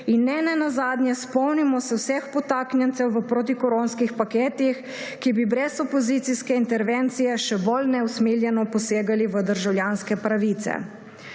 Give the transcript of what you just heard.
in nenazadnje, spomnimo se vseh podtaknjencev v protikoronskih paketih, ki bi brez opozicijske intervencije še bolj neusmiljeno posegali v državljanske pravice.